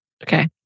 Okay